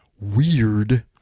weird